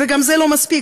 וגם זה לא מספיק.